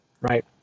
right